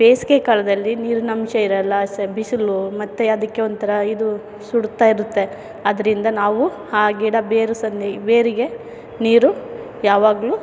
ಬೇಸಿಗೆ ಕಾಲದಲ್ಲಿ ನೀರಿನಂಶ ಇರಲ್ಲ ಸ ಬಿಸಿಲು ಮತ್ತು ಅದಕ್ಕೆ ಒಂಥರಾ ಇದು ಸುಡ್ತಾಯಿರುತ್ತೆ ಅದರಿಂದ ನಾವು ಆ ಗಿಡ ಬೇರು ಸಂದಿ ಬೇರಿಗೆ ನೀರು ಯಾವಾಗಲೂ